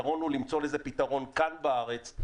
הפתרון הוא למצוא לזה פתרון כאן בארץ,